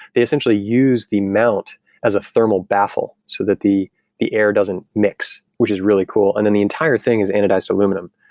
they essentially use the mount as a thermal baffle so that the the air doesn't mix, which is really cool. and then the entire thing is anodized aluminum.